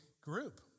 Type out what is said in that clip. group